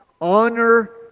honor